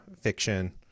fiction